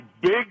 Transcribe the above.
big